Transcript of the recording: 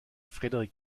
frederik